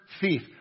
thief